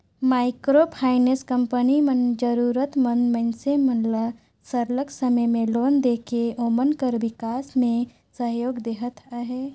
micro finance company मन जरूरत मंद मइनसे मन ल सरलग समे में लोन देके ओमन कर बिकास में सहयोग देहत अहे